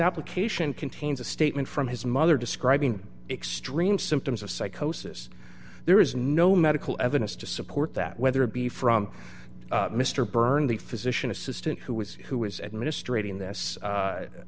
application contains a statement from his mother describing extreme symptoms of psychosis there is no medical evidence to support that whether it be from mr byrne the physician assistant who was who was administrate in this